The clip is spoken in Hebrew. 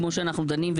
כמו שאנחנו דנים,